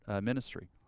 ministry